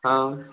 हा